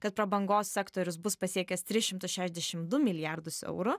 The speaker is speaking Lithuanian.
kad prabangos sektorius bus pasiekęs tris šimtus šešiasdešim du milijardus eurų